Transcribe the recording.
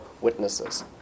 witnesses